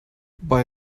bei